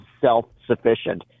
self-sufficient